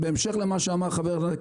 בהמשך למה שאמר חה"כ מרגי